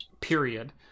period